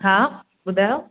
हा ॿुधायो